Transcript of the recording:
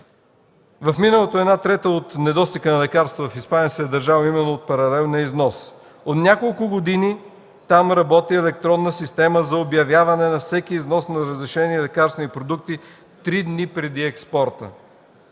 В миналото една трета от недостига на лекарства в Испания се е дължал именно от паралелен износ. От няколко години там работи електронна система за обявяване на всеки износ на разрешени лекарствени продукти три дни преди експорта.